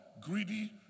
greedy